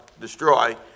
destroy